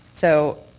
so,